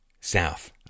South